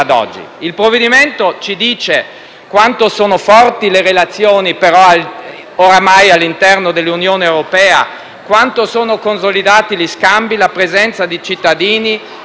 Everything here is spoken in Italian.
oramai siano forti le relazioni all'interno dell'Unione europea; quanto siano consolidati gli scambi, la presenza di cittadini e imprese di uno Stato nell'altro.